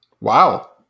Wow